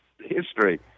history